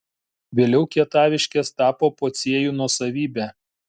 vėliau kietaviškės tapo pociejų nuosavybe